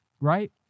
right